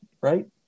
right